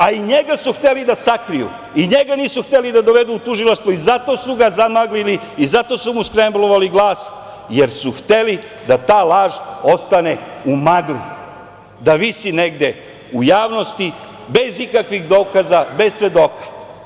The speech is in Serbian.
A i njega su hteli da sakriju, ni njega nisu hteli da dovedu u tužilaštvo i zato su ga zamaglili i zato su mu skremblovali glas, jer su hteli da ta laž ostane u magli, da visi negde u javnosti, bez ikakvih dokaza, bez svedoka.